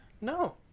No